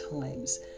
times